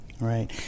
Right